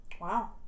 Wow